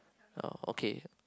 uh okay